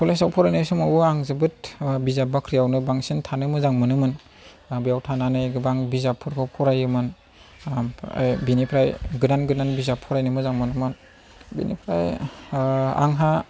कलेजआव फरायनाय समावबो आं जोबोद बिजाब बाख्रिआवनो बांसिन थानो मोजां मोनोमोन आं बेयाव थांनानै गोबां बिजाबफोरखौ फरायोमोन ओमफ्राय बिनिफ्राय गोदान गोदान बिजाब फरायनो मोजां मोनोमोन बेनिफ्राय आंहा